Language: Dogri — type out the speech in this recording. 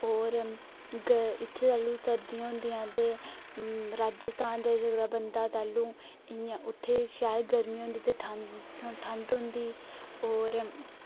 और ग इत्थै तैह्लूं सर्दियां होंदियां ते राजस्थान जाई सकदा बंदा तैह्लू इ'यां उत्थै शैल गर्मियां होंदी ते ठंड ठंड होंदी और